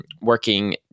working